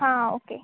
आं ओके